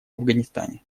афганистане